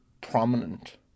prominent